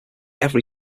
every